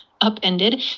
upended